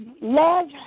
love